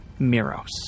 Miros